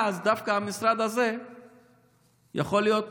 אז דווקא המשרד הזה יכול להיות